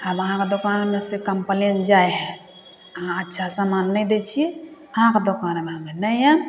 आब अहाँके दोकानमे से कम्प्लेन जाइ हइ अहाँ अच्छा समान नहि दै छिए अहाँके दोकानमे हमे नहि आएब